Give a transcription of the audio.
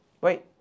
wait